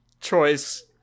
choice